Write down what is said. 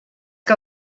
que